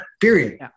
period